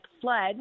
fled